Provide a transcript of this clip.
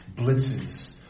blitzes